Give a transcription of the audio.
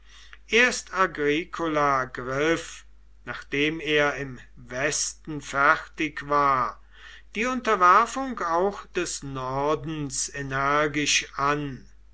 erst agricola griff nachdem er im westen fertig war die unterwerfung auch des nordens energisch an